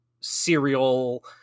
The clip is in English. serial